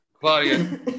Claudia